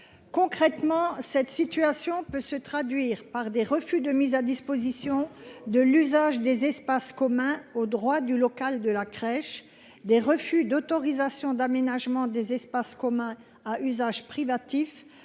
Concrètement, les crèches concernées peuvent faire face à des refus de mise à disposition de l’usage des espaces communs au droit du local de la crèche, des refus d’autorisation d’aménagement des espaces communs à usage privatif,